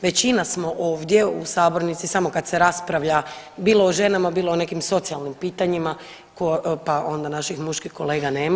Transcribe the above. Većina smo ovdje u sabornici samo kad se raspravlja bilo o ženama, bilo o nekim socijalnim pitanjima pa onda naših muških kolega nema.